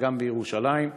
וגם בירושלים.